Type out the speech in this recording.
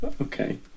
Okay